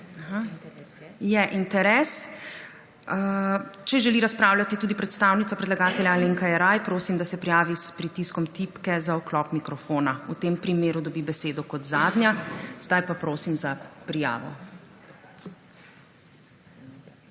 Je interes. Če želi razpravljati tudi predstavnica predlagatelja Alenka Jeraj, prosim, da se prijavi s pritiskom tipke za vklop mikrofona. V tem primeru dobi besedo kot zadnja. Zdaj pa prosim za prijavo.